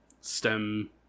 stem